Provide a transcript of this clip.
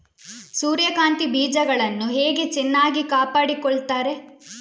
ಸೂರ್ಯಕಾಂತಿ ಬೀಜಗಳನ್ನು ಹೇಗೆ ಚೆನ್ನಾಗಿ ಕಾಪಾಡಿಕೊಳ್ತಾರೆ?